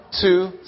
two